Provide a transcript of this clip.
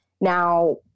now